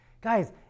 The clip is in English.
Guys